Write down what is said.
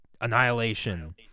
annihilation